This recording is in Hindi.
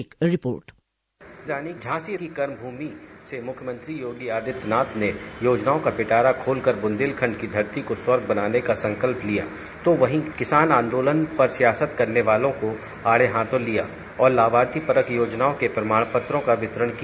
एक रिपोर्ट रानी झांसी की कर्मभूमि से मुख्यमंत्री योगी आदित्यनाथ ने योजनाओं का पिटारा खोलकर बुंदेलखंड को धरती का स्वर्ग बनाने का संकल्प लिया तो वहीं किसान आंदोलन पर सियासत करने वालों को आड़े हाथ लिया और लाभार्थी परक योजनाओं के प्रमाण पत्रों का वितरण किया